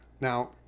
now